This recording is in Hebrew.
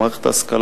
מערכת ההשכלה